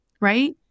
right